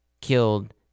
Killed